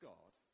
God